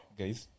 guys